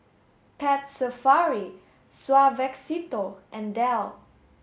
Pet Safari Suavecito and Dell